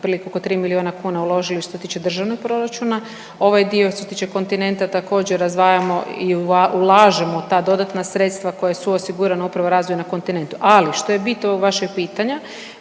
otprilike oko 3 milijuna kuna uložili što se tiče državnog proračuna, ovaj dio što se tiče kontinenta također razdvajamo i ulažemo ta dodatna sredstva koja su osigurana upravo razvoju na kontinentu, ali što je bit ovog vašeg pitanja,